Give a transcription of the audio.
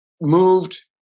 moved